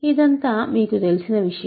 ఇదంతా మీకు తెలిసిన విషయం